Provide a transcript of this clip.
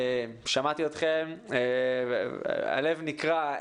שמעתי אתכם והלב נקרע.